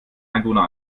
einwohner